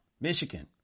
Michigan